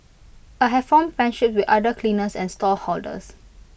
I have formed friendships with other cleaners and stallholders